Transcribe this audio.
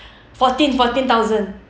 fourteen fourteen thousand